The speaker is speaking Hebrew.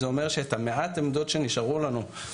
זה אומר שאת מעט העמדות שנשארו לנו,